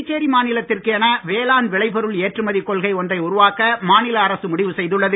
புதுச்சேரி மாநிலத்திற்கு என வேளாண் விளைபொருள் ஏற்றுமதி கொள்கை ஒன்றை உருவாக்க மாநில அரசு முடிவு செய்துள்ளது